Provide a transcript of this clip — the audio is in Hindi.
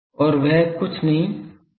और वह कुछ नहीं वह d omega है